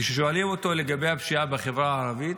כששואלים אותו לגבי הפשיעה בחברה הערבית